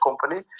company